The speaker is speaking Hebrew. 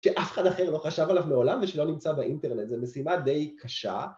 שאף אחד אחר לא חשב עליו מעולם ושלא נמצא באינטרנט, זו משימה די קשה.